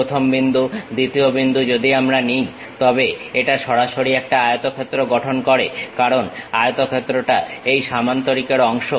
প্রথম বিন্দু দ্বিতীয় বিন্দু যদি আমরা নিই তবে এটা সরাসরি একটা আয়তক্ষেত্র গঠন করে কারণ আয়তক্ষেত্রটা এই সামান্তরিকের অংশ